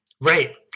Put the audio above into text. Right